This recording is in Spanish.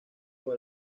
con